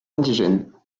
indigènes